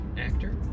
actor